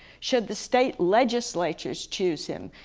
should the state legislatures choose him?